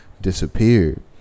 disappeared